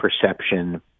perception